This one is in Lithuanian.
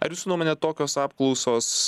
ar jūsų nuomone tokios apklausos